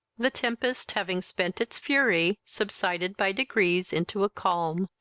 the tempest having spent it fury, subsided by degrees into a calm,